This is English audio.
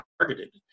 targeted